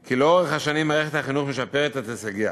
כי לאורך השנים מערכת החינוך משפרת את הישגיה.